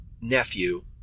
nephew